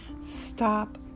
stop